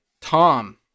Tom